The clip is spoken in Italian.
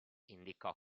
indicò